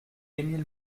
émile